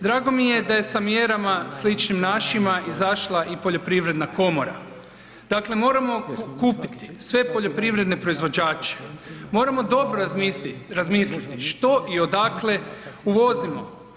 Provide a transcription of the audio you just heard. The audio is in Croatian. Drago mi je da je sa mjerama sličnim našima izašla i Poljoprivredna komora, dakle moramo okupiti sve poljoprivredne proizvođače, moramo dobro razmisliti što i odakle uvozimo.